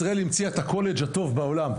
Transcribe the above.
ישראל המציאה את הקולג' הטוב בעולם.